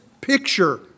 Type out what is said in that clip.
picture